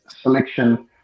selection